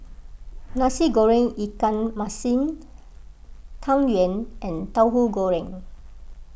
Nasi Goreng Ikan Masin Tang Yuen and Tahu Goreng